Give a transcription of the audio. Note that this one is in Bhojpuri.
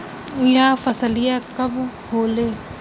यह फसलिया कब होले?